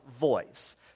voice